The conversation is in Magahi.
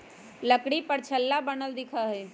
लकड़ी पर छल्ला बनल दिखा हई